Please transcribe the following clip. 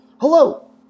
Hello